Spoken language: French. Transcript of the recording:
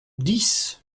dix